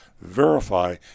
Verify